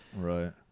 Right